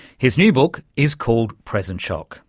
his new book is called present shock.